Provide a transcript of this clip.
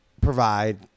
provide